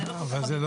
אבל זה לא הדיון.